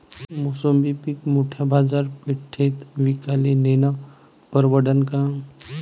मोसंबी पीक मोठ्या बाजारपेठेत विकाले नेनं परवडन का?